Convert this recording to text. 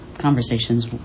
conversations